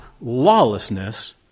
lawlessness